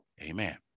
Amen